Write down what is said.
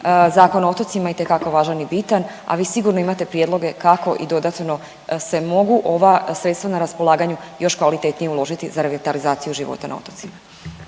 Zakon o otocima, itekako važan i bitan, a vi sigurno imate prijedloge kako i dodatno se mogu ova sredstva na raspolaganju još kvalitetnije uložiti za revitalizaciju života na otocima.